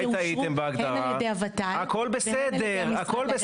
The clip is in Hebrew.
--- גברתי, הכול בסדר.